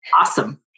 Awesome